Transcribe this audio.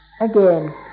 again